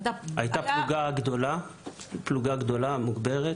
הייתה פלוגה גדולה ומוגדרת.